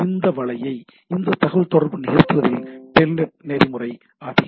இந்த வலையை இந்த தகவல்தொடர்பு நிகழ்த்துவதில் டெல்நெட் நெறிமுறை அதிகம்